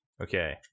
Okay